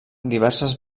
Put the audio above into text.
diverses